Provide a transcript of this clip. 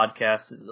podcast